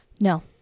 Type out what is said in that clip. No